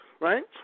right